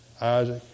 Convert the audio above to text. Isaac